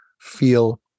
feel